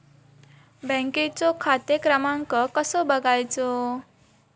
बँकेचो खाते क्रमांक कसो बगायचो?